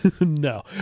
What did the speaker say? No